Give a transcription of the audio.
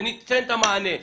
וניתן את המענה.